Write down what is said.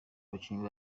bakinnyi